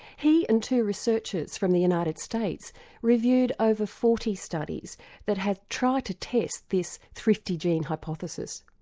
he and two researchers from the united states reviewed over forty studies that had tried to test this thrifty gene hypothesis.